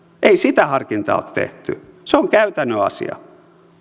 ei sitä harkintaa ole tehty se on käytännön asia